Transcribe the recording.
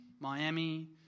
Miami